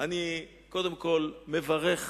אני קודם כול מברך,